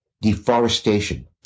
deforestation